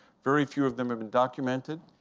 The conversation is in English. very few of them have been documented.